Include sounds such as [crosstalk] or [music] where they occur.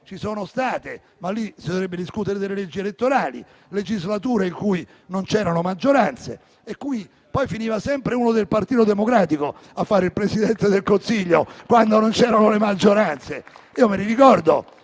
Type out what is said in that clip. ci sono state - ma lì si dovrebbe discutere delle leggi elettorali - legislature in cui non c'erano maggioranze e in cui poi finiva sempre uno del Partito Democratico a fare il Presidente del Consiglio, quando non c'erano le maggioranze. [applause]